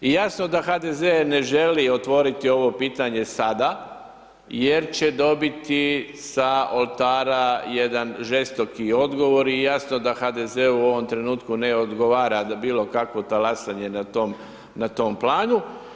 I jasno da onda HDZ ne želi otvoriti ovo pitanje sada, jer će dobiti sa oltara jedan žestoki odgovor i jasno da HDZ-u u ovom trenutku ne odgovara bilo kakvo talasanje na tom planu.